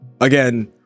again